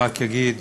רק אגיד